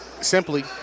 simply